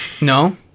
No